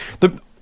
the-